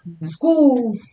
school